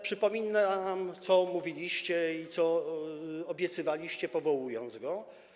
Przypominam, co mówiliście i co obiecywaliście, powołując go.